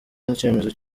icyemezo